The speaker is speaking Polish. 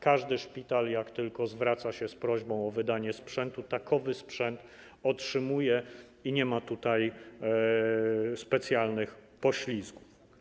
Każdy szpital, jak tylko zwraca się z prośbą o wydanie sprzętu, takowy sprzęt otrzymuje i nie ma tutaj specjalnych poślizgów.